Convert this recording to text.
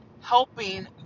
helping